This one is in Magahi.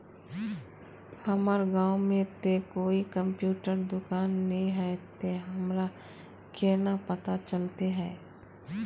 हमर गाँव में ते कोई कंप्यूटर दुकान ने है ते हमरा केना पता चलते है?